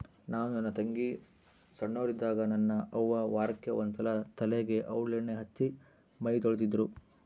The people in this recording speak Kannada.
ನಾನು ನನ್ನ ತಂಗಿ ಸೊಣ್ಣೋರಿದ್ದಾಗ ನನ್ನ ಅವ್ವ ವಾರಕ್ಕೆ ಒಂದ್ಸಲ ತಲೆಗೆ ಔಡ್ಲಣ್ಣೆ ಹಚ್ಚಿ ಮೈತೊಳಿತಿದ್ರು